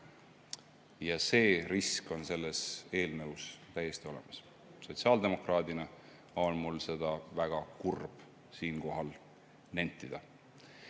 Ja see risk on selles eelnõus täiesti olemas. Sotsiaaldemokraadina on mul väga kurb seda siinkohal nentida.